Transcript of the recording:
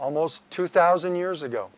almost two thousand years ago